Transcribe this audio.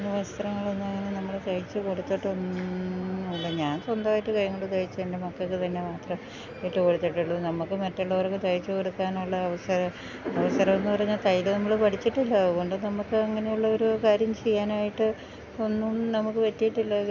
വസ്ത്രങ്ങളൊന്നും നമ്മള് തയിച്ച് കൊടുത്തിട്ടൊന്നുമില്ല ഞാൻ സ്വന്തമായിട്ട് കൈ കൊണ്ട് തയിച്ച് എൻ്റെ മക്കൾക്ക് തന്നെ മാത്രം ഇട്ടു കൊടുത്തിട്ടുള്ളത് നമുക്ക് മറ്റുള്ളവർക്ക് തയിച്ച് കൊടുക്കാനുള്ള അവസര അവസരം എന്ന് പറഞ്ഞാൽ തയ്യല് നമ്മള് പഠിച്ചിട്ടില്ല അതുകൊണ്ട് നമുക്ക് അങ്ങനെയുള്ളൊരു കാര്യം ചെയ്യാനായിട്ട് ഒന്നും നമുക്ക് പറ്റിയിട്ടില്ല